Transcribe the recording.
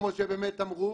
כמו שבאמת אמרו,